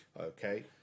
Okay